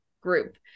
group